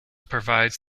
provides